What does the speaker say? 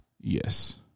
Yes